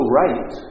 right